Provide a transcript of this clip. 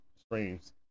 streams